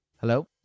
Hello